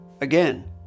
Again